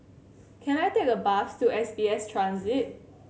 can I take a bus to S B S Transit